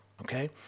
okay